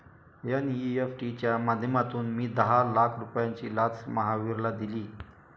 NEFT च्या माध्यमातून मी दहा लाख रुपयांची लाच महावीरला दिली